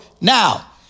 Now